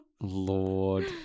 Lord